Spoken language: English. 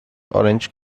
orange